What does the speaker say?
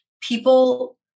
people